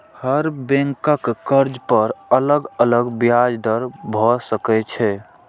हर बैंकक कर्ज पर अलग अलग ब्याज दर भए सकै छै